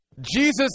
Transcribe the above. Jesus